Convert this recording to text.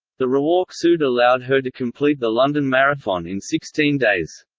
the rewalk suit allowed her to complete the london marathon in sixteen days.